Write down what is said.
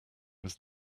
was